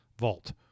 vault